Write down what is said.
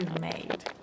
made